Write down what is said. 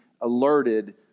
alerted